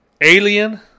Alien